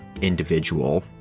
individual